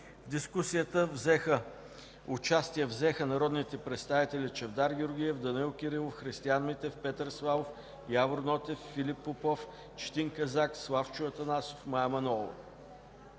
В дискусията участие взеха народните представители Чавдар Георгиев, Данаил Кирилов, Християн Митев, Петър Славов, Явор Нотев, Филип Попов, Четин Казак, Славчо Атанасов, Мая Манолова.